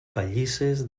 pallisses